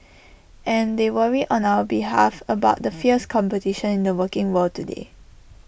and they worry on our behalf about the fierce competition in the working world today